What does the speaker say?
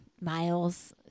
miles